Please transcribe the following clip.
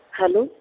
hello